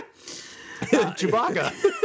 Chewbacca